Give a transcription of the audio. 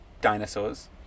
dinosaurs